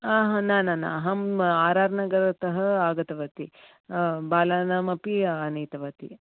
न न न अहम् आर् आर् नगरतः आगतवती बालानामपि आनीतवती